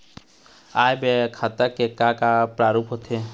आय व्यय खाता के का का प्रारूप होथे?